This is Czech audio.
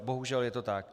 Bohužel, je to tak.